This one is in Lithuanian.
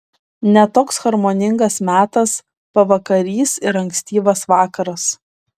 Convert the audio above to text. ne toks harmoningas metas pavakarys ir ankstyvas vakaras